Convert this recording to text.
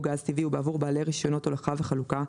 גז טבעי ובעבור בעלי רישיונות הולכה וחלוקה,